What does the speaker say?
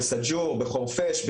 בסאג'ור בחורפיש,